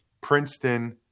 Princeton